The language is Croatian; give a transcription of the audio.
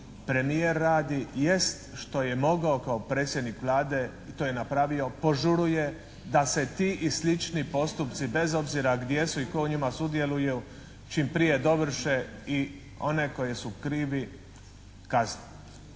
premijer radi jest što je mogao kao predsjednik Vlade i to je napravio požuruje da se ti i slični postupci bez obzira gdje su i tko u njima sudjeluje čim prije dovrše i oni koji su krivi kazni.